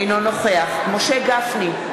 אינו נוכח משה גפני,